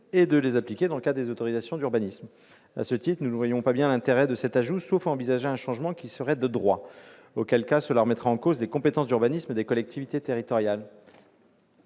et de les appliquer dans le cadre des autorisations d'urbanisme. À ce titre, nous ne voyons pas bien l'intérêt d'un tel ajout, sauf à envisager un changement qui serait « de droit », auquel cas cela remettrait en cause les compétences d'urbanisme des collectivités territoriales.